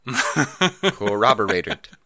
Corroborated